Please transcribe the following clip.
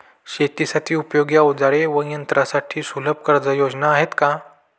शेतीसाठी उपयोगी औजारे व यंत्रासाठी सुलभ कर्जयोजना आहेत का?